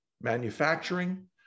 manufacturing